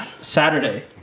Saturday